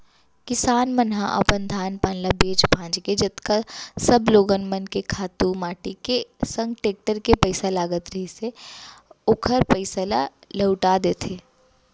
किसान मन ह अपन धान पान ल बेंच भांज के जतका सब लोगन मन के खातू माटी के संग टेक्टर के पइसा लगत रहिथे ओखर पइसा ल लहूटा देथे